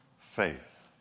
faith